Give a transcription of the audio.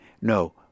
No